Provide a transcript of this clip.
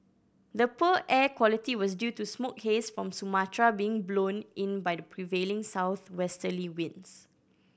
the poor air quality was due to smoke haze from Sumatra being blown in by the prevailing southwesterly winds